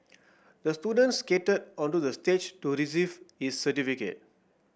the student skated onto the stage to receive his certificate